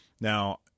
Now